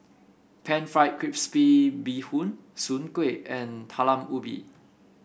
pan fried crispy bee Bee Hoon Soon Kueh and Talam Ubi